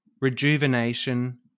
rejuvenation